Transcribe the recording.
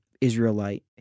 Israelite